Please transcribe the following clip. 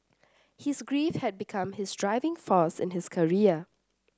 his grief had become his driving force in his career